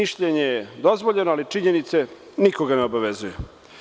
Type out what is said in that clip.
Mišljenje je dozvoljeno, ali činjenice nikoga ne obavezuju.